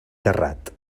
terrat